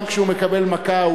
גם כשהוא מקבל מכה,